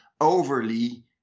overly